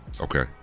Okay